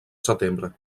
setembre